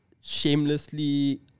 shamelessly